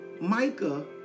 Micah